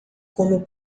como